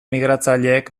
migratzaileek